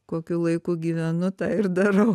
kokiu laiku gyvenu tą ir darau